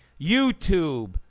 YouTube